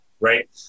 right